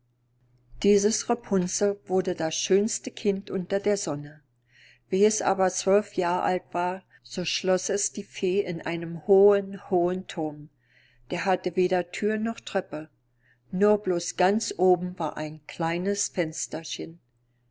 dieses rapunzel wurde das schönste kind unter der sonne wie es aber zwölf jahr alt war so schloß es die fee in einen hohen hohen thurm der hatte weder thür noch treppe nur bloß ganz oben war ein kleines fensterchen